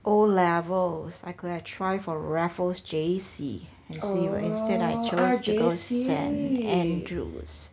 O levels I could I try for raffles J_C and see instead I chose to go st andrews